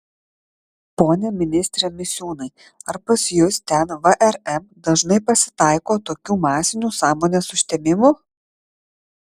pone ministre misiūnai ar pas jus ten vrm dažnai pasitaiko tokių masinių sąmonės užtemimų